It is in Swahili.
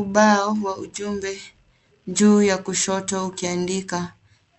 Ubao wa ujumbe juu ya kushoto ukiandika,